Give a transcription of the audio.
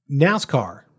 NASCAR